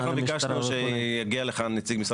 אנחנו ביקשנו שיגיע לכאן נציג משרד